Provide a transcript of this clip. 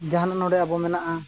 ᱡᱟᱦᱟᱱᱟᱜ ᱱᱚᱰᱮ ᱟᱵᱚ ᱢᱮᱱᱟᱜᱼᱟ